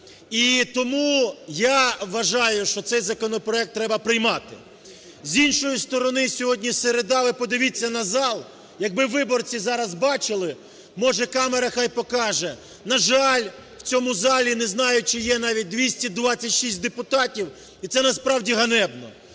І тому я вважаю, що цей законопроект треба приймати. З іншої сторони, сьогодні середа, ви подивіться на зал, якби виборці зараз бачили, може камера хай покаже. На жаль, у цьому залі, не знаю, чи є навіть 226 депутатів, і це насправді ганебно.